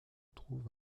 trouve